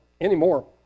anymore